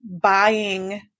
buying